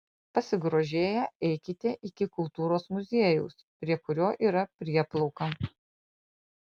pasigrožėję eikite iki kultūros muziejaus prie kurio yra prieplauka